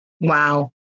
Wow